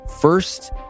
first